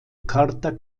carter